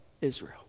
Israel